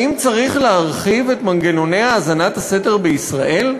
האם צריך להרחיב את מנגנוני האזנת הסתר בישראל?